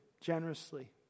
generously